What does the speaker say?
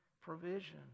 provision